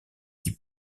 qui